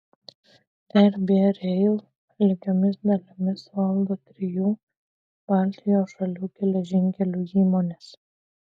rb rail lygiomis dalimis valdo trijų baltijos šalių geležinkelių įmonės